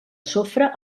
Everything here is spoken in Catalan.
sofre